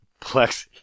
Plexi